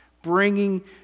Bringing